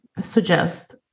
suggest